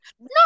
no